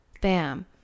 Bam